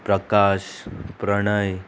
Prakash Pranay